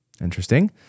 Interesting